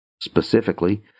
Specifically